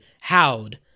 howled